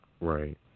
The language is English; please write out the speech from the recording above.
right